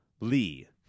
Lee